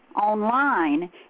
online